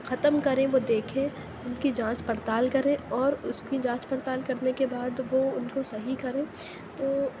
ختم کریں وہ دیکھیں اُن کی جانچ پڑتال کریں اور اُس کی جانچ پڑتال کرنے کے بعد وہ اُن کو صحیح کریں تو